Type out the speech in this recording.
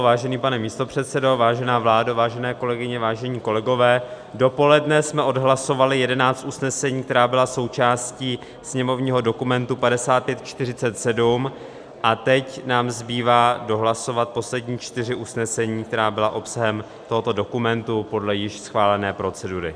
Vážený pane místopředsedo, vážená vládo, vážené kolegyně, vážení kolegové, dopoledne jsme odhlasovali jedenáct usnesení, která byla součástí sněmovního dokumentu 5547, a teď nám zbývá dohlasovat poslední čtyři usnesení, která byla obsahem tohoto dokumentu, podle již schválené procedury.